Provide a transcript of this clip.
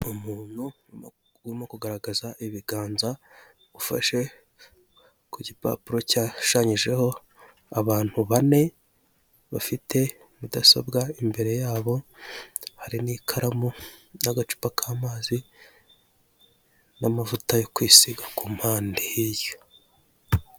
Umuntu urimo kugaragara ibigaza ufashe ku gipapuro cyashushanyijeho abantu bane bafite mudasobwa, imbere yabo hari n'ikaramu n'agacupa k'amazi n'amavuta yo kwisiga ku mpande hirya.